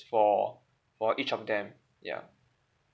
for for each of them ya